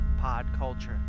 podculture